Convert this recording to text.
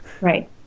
Right